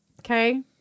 okay